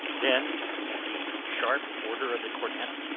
then at the sharp order of the cornet,